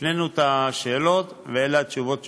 הפנינו את השאלות ואלה התשובות שקיבלנו.